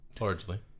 largely